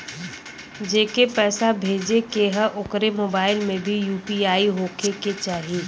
जेके पैसा भेजे के ह ओकरे मोबाइल मे भी यू.पी.आई होखे के चाही?